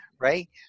Right